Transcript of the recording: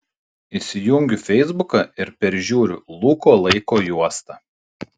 įsijungiu feisbuką ir peržiūriu luko laiko juostą